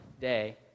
day